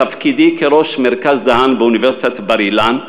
בתפקידי כראש מרכז דהאן באוניברסיטת בר-אילן,